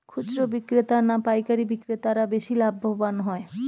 খুচরো বিক্রেতা না পাইকারী বিক্রেতারা বেশি লাভবান হয়?